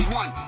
one